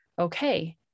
okay